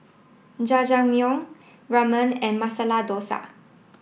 Jajangmyeon Ramen and Masala Dosa